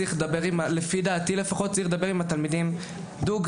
צריך לדבר עם התלמידים דוגרי,